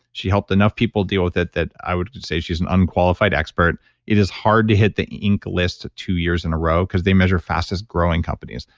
she helped enough people deal with it that i would say she's a and um qualified expert it is hard to hit the inc list two years in a row because they measure fastest growing companies.